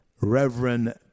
Reverend